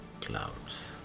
clouds